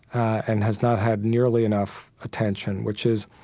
and has not had nearly enough attention, which is,